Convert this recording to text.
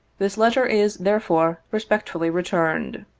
this letter is, therefore, respectfully returned.